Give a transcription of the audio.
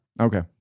Okay